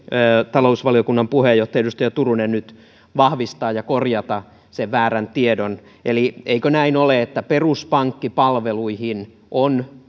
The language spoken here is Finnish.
talousvaliokunnan puheenjohtaja edustaja turunen nyt vahvistaa ja korjata sen väärän tiedon eli eikö näin ole että peruspankkipalveluihin on